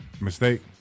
Mistake